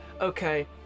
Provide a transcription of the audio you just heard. Okay